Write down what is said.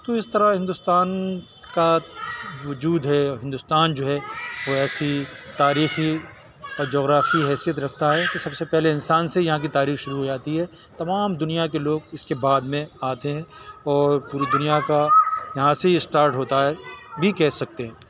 تو اس طرح ہندوستان کا وجود ہے ہندوستان جو ہے وہ ایسی تاریخی اور جغرافی حیثیت رکھتا ہے کہ سب سے پہلے انسان سے ہی یہاں کی تاریخ شروع ہو جاتی ہے تمام دنیا کے لوگ اس کے بعد میں آتے ہیں اور پوری دنیا کا یہاں سے ہی اسٹارٹ ہوتا ہے بھی کہہ سکتے ہیں